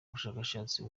bushakashatsi